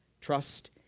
Trust